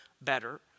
better